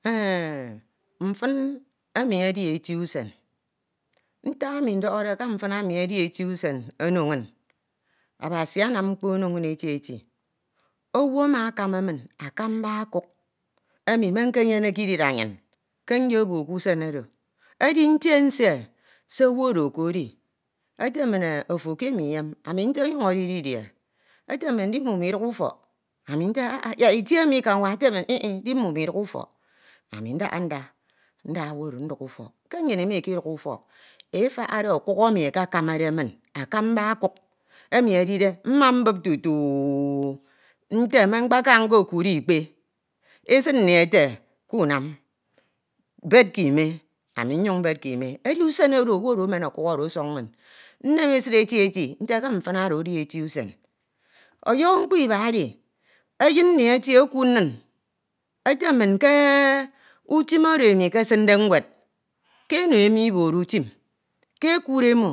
Mfin ami edi eti usen. Ntak emi ndọhọde ke mfin ami edi eti osen ono inñ. Abasi anam mkpo ono inñ eti eti. Owu ama akama min akamba ọkuk emi me nkanyeneke idirianyin ke nyebo ke usen oro. Ko edi. ote min ofo ke imo iyem. ami nte onyuñ edi didie. eti min di mimo iduk ufọk. Ami ah ah yak itie mi ke anwa. ete ah th. di mimo iduk ufok. Ami ndaha nda nda owu oro nduk ufok. ke. Nnyin ima ikiduk ufọk. e~fahade okuk emi e~kakanamade min. akamba okuk. emi edide mma mbup tutu mte me mkpeka nkekud~e, ikpe. esid nni ete kunam. bed ke ime. ami myuñ bed ke ime. edi ke usen oro owu oro emen okuk oro osuk inñ. eyenam ndohode ke mfin edi eti usen. Ọyọho mkpo iba edi eyin mmi etie ekiid nin. ete mm ke eno imo iboro utim. ke ekuud emo